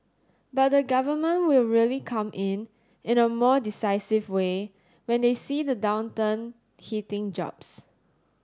but the Government will really come in in a more decisive way when they see the downturn hitting jobs